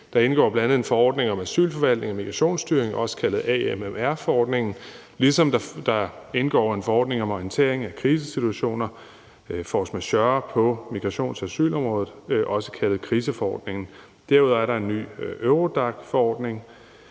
Der indgår bl.a. en forordning om asylforvaltning og migrationsstyring, også kaldet AMMR-forordningen, ligesom der indgår en forordning om orientering om krisesituationer og force majeure på migrations- og asylområdet, også kaldet kriseforordningen. Derudover er der en ny Eurodac-forordning.